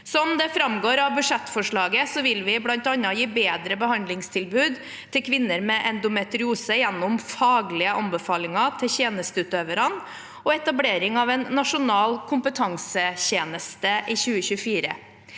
Som det framgår av budsjettforslaget, vil vi bl.a. gi bedre behandlingstilbud til kvinner med endometriose, gjennom faglige anbefalinger til tjenesteutøverne og etablering av en nasjonal kompetansetjeneste i 2024.